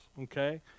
Okay